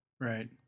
Right